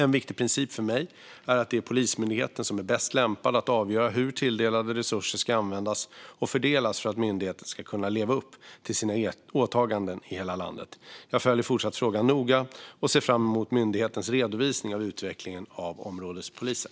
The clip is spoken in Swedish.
En viktig princip för mig är att det är Polismyndigheten som är bäst lämpad att avgöra hur tilldelade resurser ska användas och fördelas för att myndigheten ska kunna leva upp till sina åtaganden i hela landet. Jag följer fortsatt frågan noga och ser fram emot myndighetens redovisning av utvecklingen för områdespoliser.